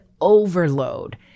overload